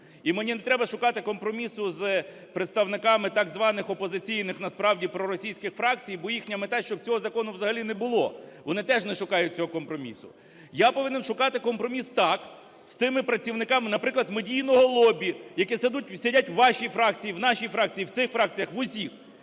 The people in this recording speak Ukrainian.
І мені не треба шукати компромісу із представниками так званих опозиційних, а насправді проросійських фракцій, бо їхня мета – щоб цього закону взагалі не було. Вони теж не шукають цього компромісу. Я повинен шукати компроміс, так, з тими працівниками, наприклад, медійного лобі, які сидять у вашій фракції, в нашій фракції, в цих фракціях - в усіх.